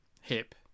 hip